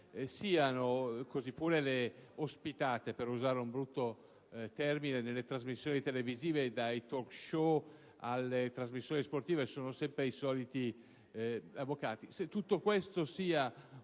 casi), così come le "ospitate" - per usare un brutto termine - nelle trasmissioni televisive (dai *talk show* alle trasmissioni sportive sono sempre presenti i soliti avvocati)